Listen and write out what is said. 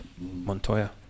Montoya